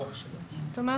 "6.